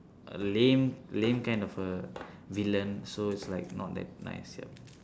err lame lame kind of err villain so it's like not that nice yup